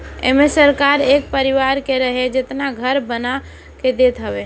एमे सरकार एक परिवार के रहे जेतना घर बना के देत हवे